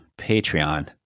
Patreon